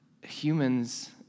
Humans